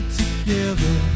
together